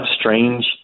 strange